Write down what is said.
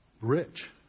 rich